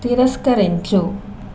తిరస్కరించు